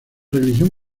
religión